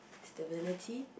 stability